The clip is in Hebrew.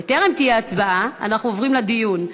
בטרם תהיה הצבעה אנחנו עוברים לדיון.